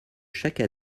chaque